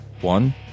one